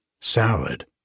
salad